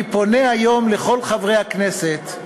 אני פונה היום לכל חברי הכנסת: